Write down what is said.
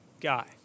guy